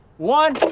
one.